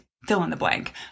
fill-in-the-blank